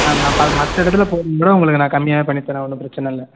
ma'am நான் மற்ற இடத்துல போடுறத விட நான் உங்களுக்கு கம்மியாகவே பண்ணி தரேன் ஒன்றும் பிரச்சின இல்லை